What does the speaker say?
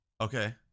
Okay